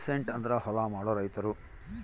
peasant ಅಂದ್ರ ಹೊಲ ಮಾಡೋ ರೈತರು